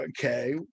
Okay